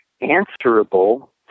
answerable